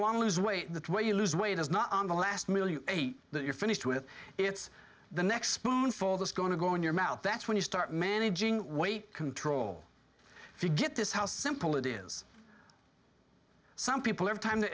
want to lose weight that way you lose weight is not on the last meal you ate that you're finished with it's the next fall that's going to go in your mouth that's when you start managing weight control if you get this how simple it is some people have time to